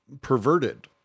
perverted